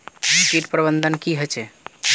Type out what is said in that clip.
किट प्रबन्धन की होचे?